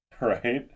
right